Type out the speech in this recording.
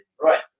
Right